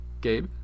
Gabe